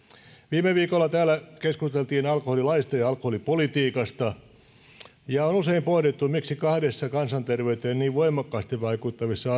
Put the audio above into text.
viime viikolla täällä keskusteltiin alkoholilaista ja alkoholipolitiikasta ja usein on pohdittu miksi kahdessa kansanterveyteen niin voimakkaasti vaikuttavassa